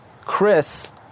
Chris